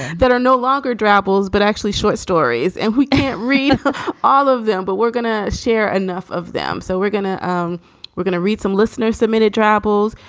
that are no longer travels, but actually short stories and we can't read all of them, but we're going to share enough of them so we're gonna um we're gonna read some listener submitted travels.